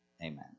amen